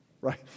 right